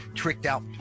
tricked-out